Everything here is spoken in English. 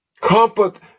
Comfort